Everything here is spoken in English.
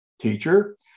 Teacher